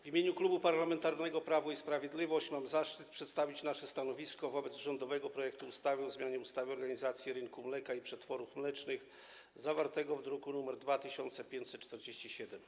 W imieniu Klubu Parlamentarnego Prawo i Sprawiedliwość mam zaszczyt przedstawić nasze stanowisko wobec rządowego projektu ustawy o zmianie ustawy o organizacji rynku mleka i przetworów mlecznych zawartego w druku nr 2547.